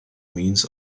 means